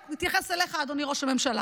הוא התייחס אליך, אדוני ראש הממשלה.